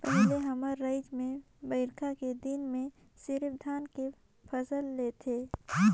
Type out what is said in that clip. पहिले हमर रायज में बईरखा के दिन में सिरिफ धान के फसल लेथे